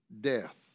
death